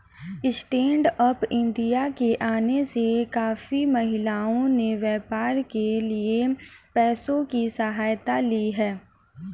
stand up India के आने से काफी महिलाओं ने व्यापार के लिए पैसों की सहायता ली है